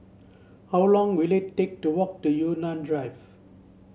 how long will it take to walk to Yunnan Drive